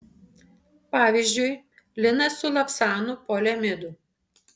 pavyzdžiui linas su lavsanu poliamidu